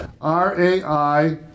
R-A-I